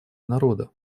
народа